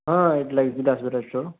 ହଁ ଏଇଠି ଲାଗିଛି ଦାସ ଭେରାଇଟି ଷ୍ଟୋର୍